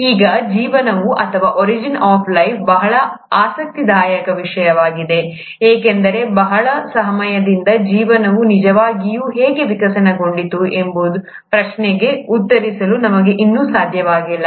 ಈಗ ಜೀವನ ಅಥವಾ ಒರಿಜಿನ್ ಆಫ್ ಲೈಫ್ ಬಹಳ ಆಸಕ್ತಿದಾಯಕ ವಿಷಯವಾಗಿದೆ ಏಕೆಂದರೆ ಬಹಳ ಸಮಯದಿಂದ ಜೀವನವು ನಿಜವಾಗಿಯೂ ಹೇಗೆ ವಿಕಸನಗೊಂಡಿತು ಎಂಬ ಪ್ರಶ್ನೆಗೆ ಉತ್ತರಿಸಲು ನಮಗೆ ಇನ್ನೂ ಸಾಧ್ಯವಾಗಿಲ್ಲ